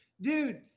dude